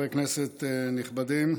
חברי כנסת נכבדים,